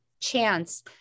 chance